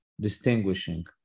distinguishing